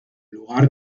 lugar